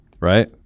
right